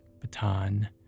baton